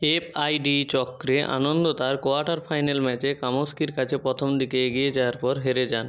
F I D চক্রে আনন্দ তার quarter final ম্যাচে কামোস্কির কাছে প্রথম দিকে এগিয়ে যাওয়ার পর হেরে যান